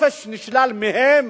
החופש נשלל מהם